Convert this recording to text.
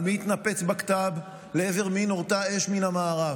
על מי התנפץ בקת"ב, לעבר מי נורתה אש מן המארב.